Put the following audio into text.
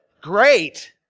great